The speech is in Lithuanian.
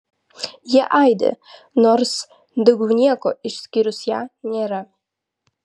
jie aidi nors daugiau nieko išskyrus ją nėra